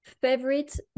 Favorite